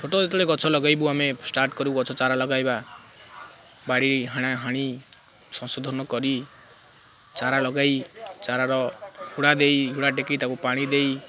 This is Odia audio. ଛୋଟ ଯେତେବେଳେ ଗଛ ଲଗେଇବୁ ଆମେ ଷ୍ଟାର୍ଟ କରୁ ଗଛ ଚାରା ଲଗାଇବା ବାଡ଼ି ହାଣାହଣି ସଂଶୋଧନ କରି ଚାରା ଲଗାଇ ଚାରାର ହୁଡ଼ା ଦେଇ ହୁଡ଼ା ଟେକି ତାକୁ ପାଣି ଦେଇ